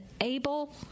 ABLE